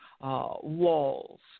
walls